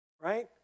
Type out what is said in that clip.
right